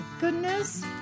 goodness